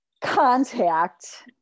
contact